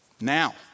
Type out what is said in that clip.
Now